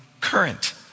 current